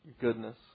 goodness